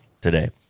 today